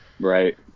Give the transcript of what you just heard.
Right